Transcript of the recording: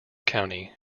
county